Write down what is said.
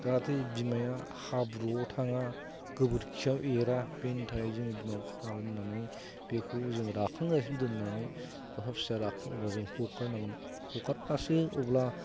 जाहाथे बिमाया हाब्रुआव थाङा गोबोरखियाव एरा बेनि थाखाय जोङो बिमाखौ खानानै दोननानै बेखौ जोङो राखांजासिम दोननानै बेहा फिसा राखाङोब्ला जों हगारनांगोन हगारब्लासो अब्ला